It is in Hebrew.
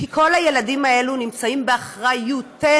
כי כל הילדים האלה נמצאים באחריותנו.